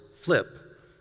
flip